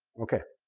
okay.